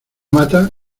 mata